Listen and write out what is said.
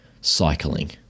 cycling